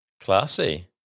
classy